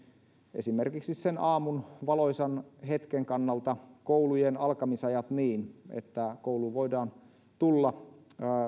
esimerkiksi aamun valoisan hetken kannalta koulujen alkamisajat niin että kouluun voidaan tulla